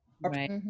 Right